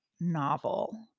novel